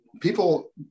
people